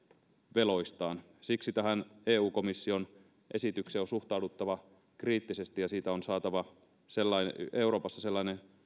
veloistaan siksi tähän eu komission esitykseen on suhtauduttava kriittisesti ja siitä on saatava euroopassa sellainen